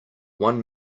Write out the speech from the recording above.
one